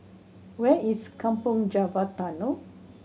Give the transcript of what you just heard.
where is Kampong Java Tunnel